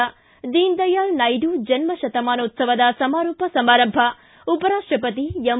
ಿ ದೀನದಯಾಳ ನಾಯ್ದು ಜನ್ನಶತಮಾನೋತ್ಸವದ ಸಮಾರೋಪ ಸಮಾರಂಭ ಉಪರಾಷ್ಷಪತಿ ಎಂ